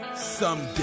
someday